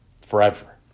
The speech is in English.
forever